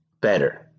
better